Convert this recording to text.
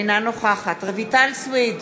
אינה נוכחת רויטל סויד,